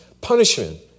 Punishment